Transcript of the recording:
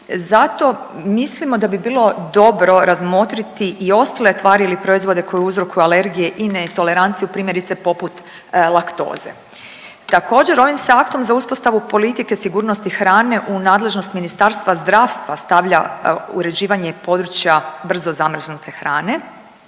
Zato mislimo da bi bilo dobro razmotriti i ostale tvari ili proizvode koji uzrokuju alergije i netoleranciju primjerice poput laktoze. Također, ovim se aktom za uspostavu politike sigurnosti hrane u nadležnost Ministarstva zdravstva stavlja uređivanje područja brzo zamrznute hrane.